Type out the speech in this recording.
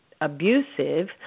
abusive